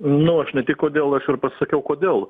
na o aš ne tik kodėl aš ir pasakiau kodėl